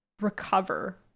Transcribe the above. recover